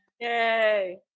Yay